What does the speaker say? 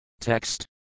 text